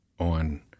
on